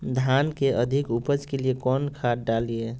धान के अधिक उपज के लिए कौन खाद डालिय?